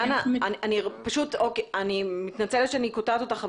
דנה, אני מתנצלת שאני קוטעת אותך.